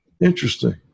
Interesting